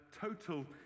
total